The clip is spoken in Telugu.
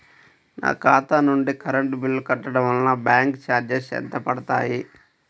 నా ఖాతా నుండి కరెంట్ బిల్ కట్టడం వలన బ్యాంకు చార్జెస్ ఎంత పడతాయా?